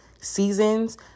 seasons